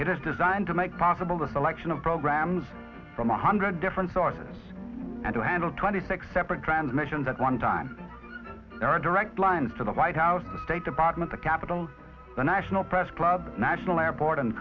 it is designed to make possible the selection of programs from a hundred different sources and to handle twenty six separate transmissions at one time there are direct lines to the white house the state department the capitol the national press club national airport and